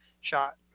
shot